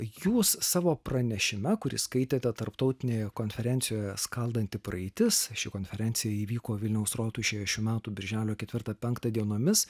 jūs savo pranešime kurį skaitėte tarptautinėje konferencijoje skaldanti praeitis ši konferencija įvyko vilniaus rotušėje šių metų birželio ketvirtą penktą dienomis